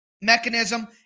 mechanism